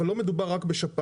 אבל לא מדובר רק בשפעת.